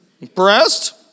Impressed